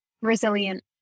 resilient